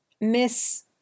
miss